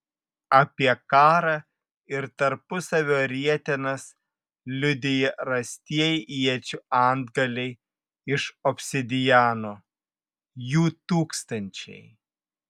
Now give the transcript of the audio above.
apie karą ir tarpusavio rietenas liudija rastieji iečių antgaliai iš obsidiano jų tūkstančiai